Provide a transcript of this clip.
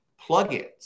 plugins